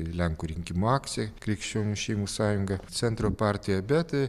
lenkų rinkimų akcija krikščionių šeimų sąjunga centro partija bet